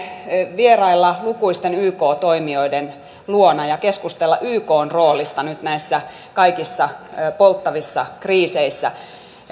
vierailla lukuisten yk toimijoiden luona ja keskustella ykn roolista nyt näissä kaikissa polttavissa kriiseissä